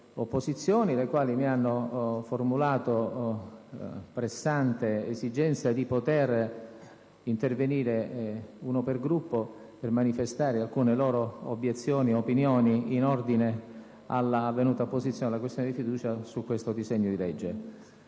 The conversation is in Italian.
le quali mi hanno formulato una pressante esigenza di poter intervenire uno per Gruppo per manifestare alcune loro obiezioni e opinioni in ordine all'avvenuta apposizione della questione di fiducia su questo disegno di legge.